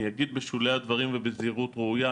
אני אגיד בשולי הדברים ובזהירות ראויה,